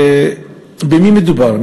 ובמי מדובר?